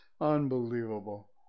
unbelievable